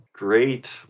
Great